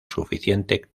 suficiente